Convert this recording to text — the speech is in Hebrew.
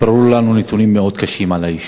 והתבררו לנו נתונים מאוד קשים על היישוב.